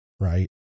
right